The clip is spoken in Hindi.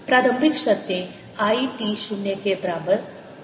प्रारंभिक शर्तें I t 0 के बराबर 0 के बराबर है